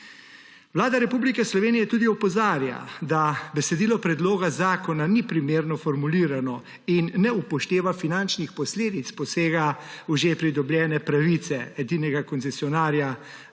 Vlada Republike Slovenije tudi opozarja, da besedilo predloga zakona ni primerno formulirano in ne upošteva finančnih posledic posega v že pridobljene pravice edinega koncesionarja